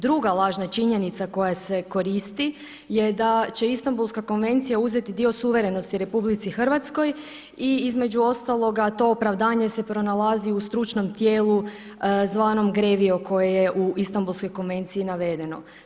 Druga lažna činjenica koja se koristi je da će Istambulska konvencija uzeti dio suverenosti Republici Hrvatskoj i između ostaloga to opravdanje se pronalazi u stručnom tijelu zvanom Grevio, koje je u Istambulskoj konvenciji navedeno.